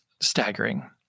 staggering